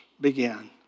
began